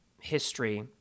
history